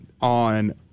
on